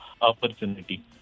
opportunity